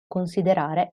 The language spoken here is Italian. considerare